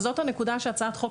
וזאת הנקודה שהצעת החוק,